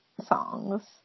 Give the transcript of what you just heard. songs